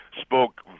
spoke